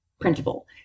printable